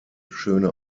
schöne